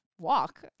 walk